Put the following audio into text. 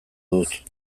dut